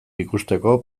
ikusteko